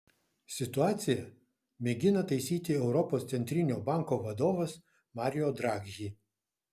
situaciją mėgina taisyti europos centrinio banko vadovas mario draghi